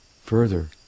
further